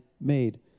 made